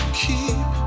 keep